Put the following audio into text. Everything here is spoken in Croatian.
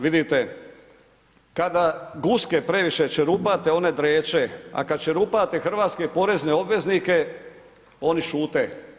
Vidite, kada guske previše čerupate, one dreče, a kada čerupate hrvatske porezne obveznike, oni šute.